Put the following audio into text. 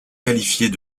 qualifiés